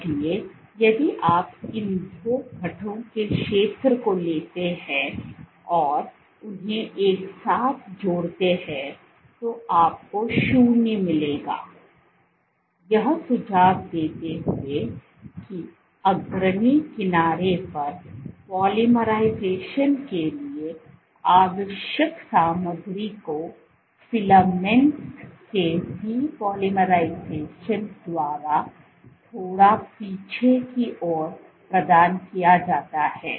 इसलिए यदि आप इन दो घटों के क्षेत्र को लेते हैं और उन्हें एक साथ जोड़ते हैं तो आपको 0 मिलेगा यह सुझाव देते हुए कि अग्रणी किनारे पर पोलीमराइजेशन के लिए आवश्यक सामग्री को फिलामेंट्स के डीकोलाइराइजेशन द्वारा थोड़ा पीछे की ओर प्रदान किया जाता है